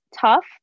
tough